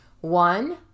One